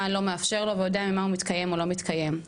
מה לא מאפשר לו וממה הוא מתקיים הוא לא מתקיים.